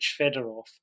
Fedorov